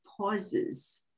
pauses